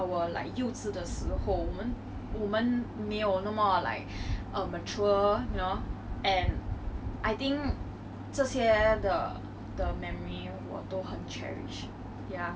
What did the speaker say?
further on ah !wah! I know after secondary school 我们 leave liao 我们有很多自己的自己的 schedule and 自己的兴趣